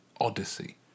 Odyssey